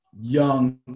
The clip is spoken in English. young